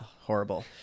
Horrible